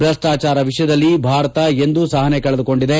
ಭ್ರಷ್ಟಾಚಾರ ವಿಷಯದಲ್ಲಿ ಭಾರತ ಎಂದೋ ಸಹನೆ ಕಳೆದುಕೊಂಡಿದೆ